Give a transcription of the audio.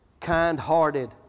kind-hearted